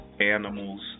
animals